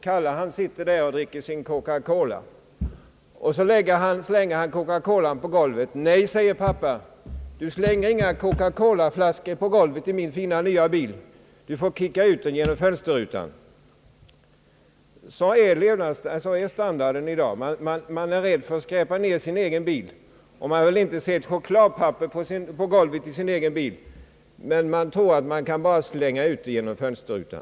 Kalle sitter och dricker sin Coca-cola och slänger sedan flaskan på bilgolvet. Nej, säger pappan, du slänger inga flaskor i min nya fina bil — du får dra ner rutan och skicka i väg flaskan. Sådana är standardbegreppen i dag. Man vill inte ha sin bil nedskräpad med flaskor, chokladpapper 0. s. v., och man tror att det bara är att slänga ut sådant vid vägarna.